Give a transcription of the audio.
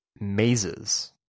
Mazes